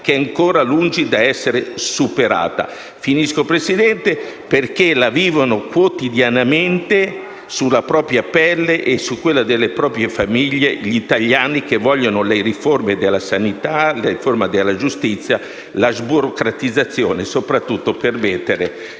che è ancora lungi dall'essere superata, perché la vivono quotidianamente, sulla propria pelle e su quella delle proprie famiglie, gli italiani che vogliono le riforme della sanità, della giustizia, la sburocratizzazione soprattutto per permettere